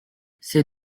ces